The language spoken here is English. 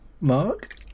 Mark